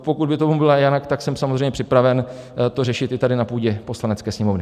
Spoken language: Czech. Pokud by tomu bylo jinak, tak jsem samozřejmě připraven to řešit i tady na půdě Poslanecké sněmovny.